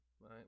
right